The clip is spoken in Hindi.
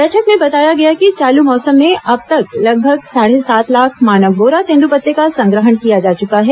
बैठक में बताया गया कि चालू मौसम में अब तक लगभग साढ़े सात लाख मानक बोरा तेन्द्रपत्ते का संग्रहण किया जा चुका है